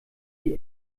die